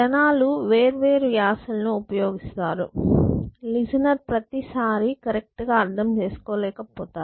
జనాలు వేర్వేరు యాస లను ఉపయోగిస్తారు లిజనర్ ప్రతిసారి కరెక్ట్ గా అర్థం చేసుకోలేకపోతారు